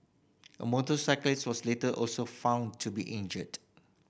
a motorcyclist was later also found to be injured